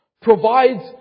provides